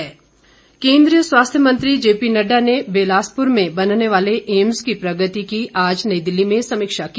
AIIMS केंद्रीय स्वास्थ्य मंत्री जेपी नड्डा ने बिलासपुर में बनने वाले एम्स की प्रगति की आज नई दिल्ली में समीक्षा की